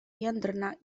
jędrna